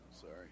Sorry